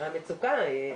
הייתה מצוקה.